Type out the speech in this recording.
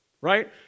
Right